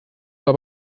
war